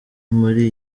muri